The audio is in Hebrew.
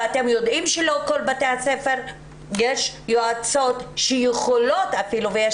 ואתם יודעים שיש יועצות שיכולות ויש